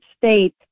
state